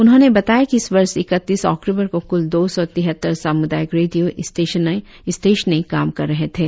उन्होंने बताया कि इस वर्ष ईकतीस अक्टूबर को कुल दौ सौ तिहत्तर सामुदायिक रेडियों स्टेशनों काम कर रहे थे